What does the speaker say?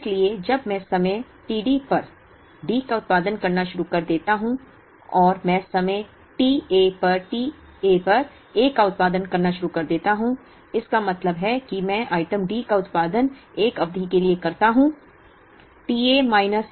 इसलिए जब मैं समय t D पर D का उत्पादन करना शुरू कर देता हूं और मैं समय t A पर A का उत्पादन करना शुरू कर देता हूं इसका मतलब है कि मैं आइटम D का उत्पादन एक अवधि के लिए करता हूं t A minus t D